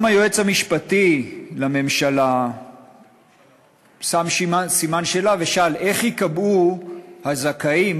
גם היועץ המשפטי לממשלה שם סימן שאלה ושאל איך ייקבעו הזכאים,